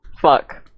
fuck